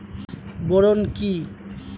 Boron কি?